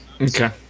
okay